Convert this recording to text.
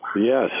Yes